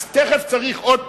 אז תיכף צריך עוד פעם,